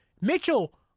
Mitchell